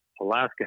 Alaska